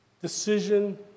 decision